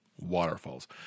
waterfalls